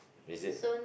is it